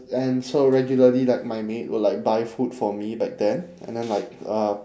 and so regularly like my maid would like buy food for me back then and then like uh